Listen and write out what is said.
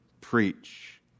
preach